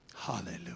Hallelujah